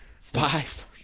five